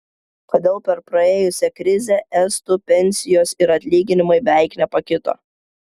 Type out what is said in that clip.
kodėl per praėjusią krizę estų pensijos ir atlyginimai beveik nepakito